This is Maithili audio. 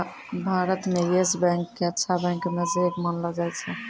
भारत म येस बैंक क अच्छा बैंक म स एक मानलो जाय छै